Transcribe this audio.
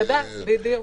בוודאי, בדיוק.